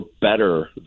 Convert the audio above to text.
better